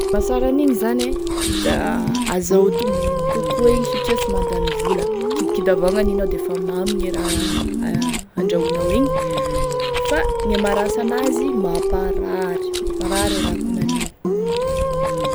Mahasara an'igny zany e da hazahoa tombony kokoa satria sy mandany vola, kidikidy avao gn'aninao defa mamy e raha handrahoagny igny, fa gne maharasy an'azy mamparary, mamparary e raha akonan'io.